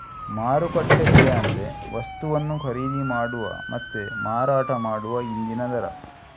ಮಾರುಕಟ್ಟೆ ಬೆಲೆ ಅಂದ್ರೆ ವಸ್ತುವನ್ನ ಖರೀದಿ ಮಾಡುವ ಮತ್ತೆ ಮಾರಾಟ ಮಾಡುವ ಇಂದಿನ ದರ